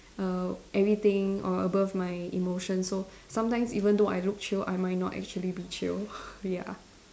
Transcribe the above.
err everything or above my emotion so sometimes even though I look chill I might not actually be chill ya